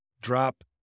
drop